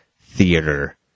theater